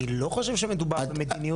אני לא חושב שמדובר במדיניות.